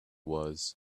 was